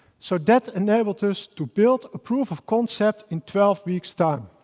so that enabled us to build a proof of concept in twelve weeks' time.